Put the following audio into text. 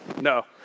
no